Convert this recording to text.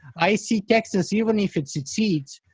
i see texas even if it succeeds,